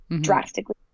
drastically